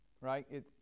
right